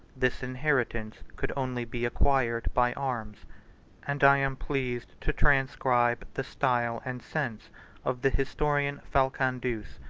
this inheritance could only be acquired by arms and i am pleased to transcribe the style and sense of the historian falcandus,